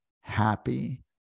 happy